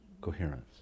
coherence